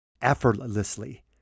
effortlessly